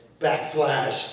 backslash